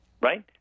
right